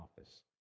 office